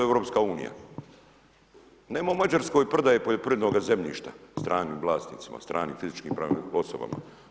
Nema u Mađarskoj prodaje poljoprivrednog zemljišta stranim vlasnicima, stranim fizičkim i pravnim osobama.